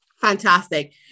Fantastic